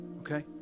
Okay